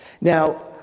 Now